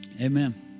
amen